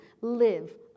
live